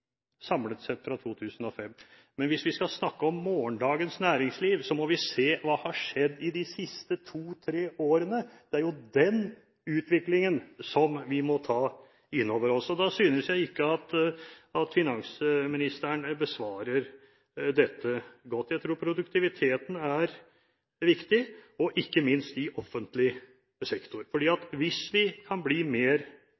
samlet sett fra 2005. Men hvis vi skal snakke om morgendagens næringsliv, må vi se hva som har skjedd i de siste to–tre årene. Det er jo den utviklingen som vi må ta inn over oss. Da synes jeg ikke at finansministeren besvarer dette godt. Jeg tror produktiviteten er viktig, ikke minst i offentlig sektor.